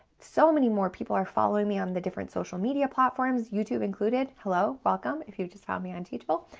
so many more people are following me on the different social media platforms, youtube included. hello, welcome, if you just found me on teachable,